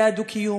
זה הדו-קיום,